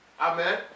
Amen